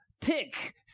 tick